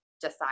decide